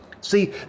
See